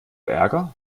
ärger